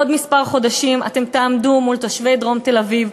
עוד כמה חודשים אתם תעמדו מול תושבי דרום תל-אביב,